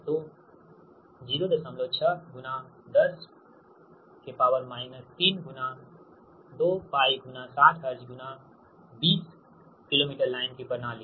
तो 06 10 3 २π 60 हर्ज़ गुणा 20 किलोमीटर लाइन की प्रणाली